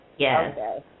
Yes